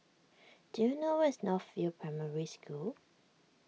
do you know where is North View Primary School